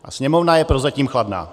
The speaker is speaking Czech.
A Sněmovna je prozatím chladná.